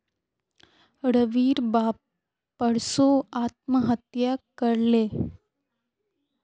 रविर बाप परसो आत्महत्या कर ले